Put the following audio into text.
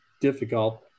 difficult